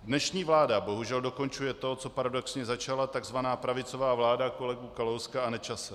Dnešní vláda bohužel dokončuje to, co paradoxně začala tzv. pravicová vláda kolegů Kalouska a Nečase.